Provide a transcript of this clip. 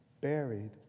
buried